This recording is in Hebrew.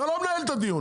אתה לא מנהל את הדיון.